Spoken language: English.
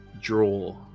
draw